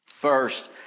first